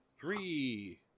Three